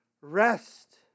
Rest